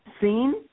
seen